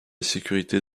sécurité